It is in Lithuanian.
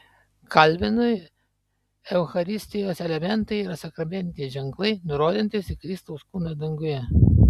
kalvinui eucharistijos elementai yra sakramentiniai ženklai nurodantys į kristaus kūną danguje